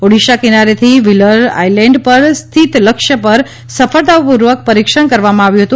ઓડિશા કિનારેથી Wheeler island પર સ્થિત લક્ષ્ય પર સફળતાપૂર્વક પરીક્ષણ કરવામાં આવ્યું હતું